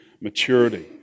maturity